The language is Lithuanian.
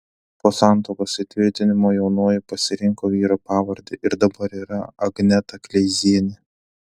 po santuokos įtvirtinimo jaunoji pasirinko vyro pavardę ir dabar yra agneta kleizienė